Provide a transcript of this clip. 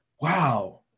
wow